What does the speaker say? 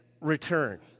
return